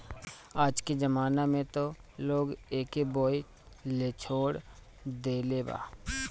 आजके जमाना में त लोग एके बोअ लेछोड़ देले बा